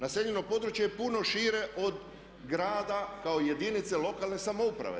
Naseljeno područje je puno šire od grada kao jedinice lokalne samouprave.